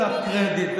את הקרדיט,